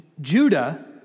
Judah